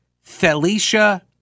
Felicia